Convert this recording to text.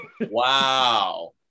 Wow